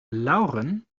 lauren